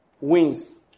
wins